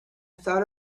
thought